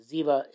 Ziva